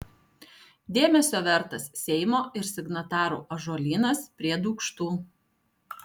dėmesio vertas seimo ir signatarų ąžuolynas prie dūkštų